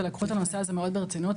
ולקחו את הנושא הזה מאוד ברצינות.